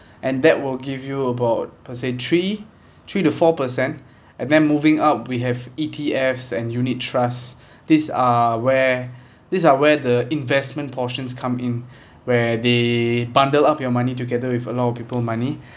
and that will give you about per se three three to four per cent and then moving up we have E_T_F and unit trust these are where these are where the investment portions come in where they bundle up your money together with a lot of people money